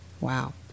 Wow